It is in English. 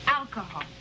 Alcohol